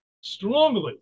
strongly